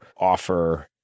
offer